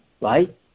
right